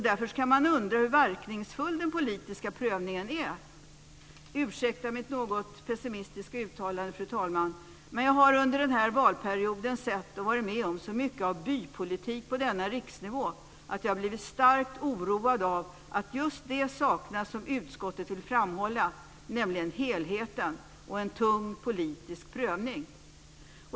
Därför kan man undra hur verkningsfull den politiska prövningen är. Ursäkta mitt något pessimistiska uttalande, fru talman, men jag har under den här valperioden sett och varit med om så mycket av bypolitik på denna riksnivå att jag blivit starkt oroad av att just det saknas som utskottet vill framhålla, nämligen helheten och en tung politisk prövning.